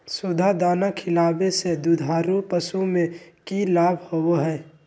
सुधा दाना खिलावे से दुधारू पशु में कि लाभ होबो हय?